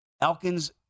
Elkins